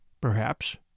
Perhaps